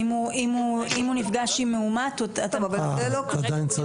אם הוא נפגש עם מאומת, הוא עדיין צריך.